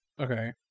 okay